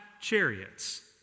chariots